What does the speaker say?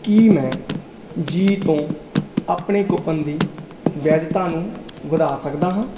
ਕੀ ਮੈਂ ਜ਼ੀ ਤੋਂ ਆਪਣੇ ਕੂਪਨ ਦੀ ਵੈਧਤਾ ਨੂੰ ਵਧਾ ਸਕਦਾ ਹਾਂ